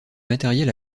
matériel